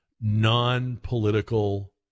non-political